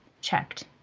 checked